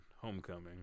Homecoming